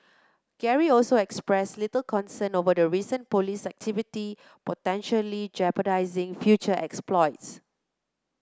Gary also expressed little concern over the recent police activity potentially jeopardising future exploits